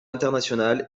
international